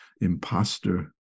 imposter